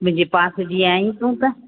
मुंहिंजे पास जी आहीं तू त